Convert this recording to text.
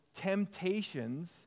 temptations